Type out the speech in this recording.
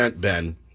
Ben